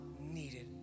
needed